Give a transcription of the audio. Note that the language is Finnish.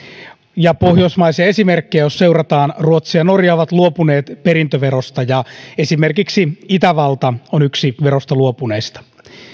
jos pohjoismaisia esimerkkejä seurataan ruotsi ja norja ovat luopuneet perintöverosta ja esimerkiksi itävalta on yksi verosta luopuneista